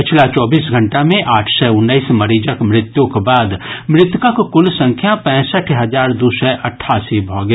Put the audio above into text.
पछिला चौबीस घंटा मे आठ सय उन्नैस मरीजक मृत्युक बाद मृतकक कुल संख्या पैसठि हजार दू सय अठासी भऽ गेल